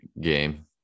game